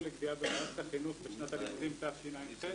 לגבייה במערכת החינוך בשנת הלימודים תשע"ח.